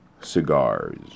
Cigars